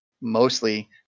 mostly